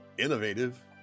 Innovative